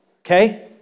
okay